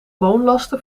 woonlasten